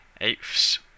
Eighth's